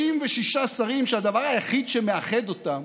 36 שרים שהדבר היחיד שמאחד אותם